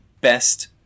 best